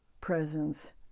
presence